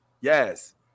Yes